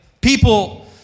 people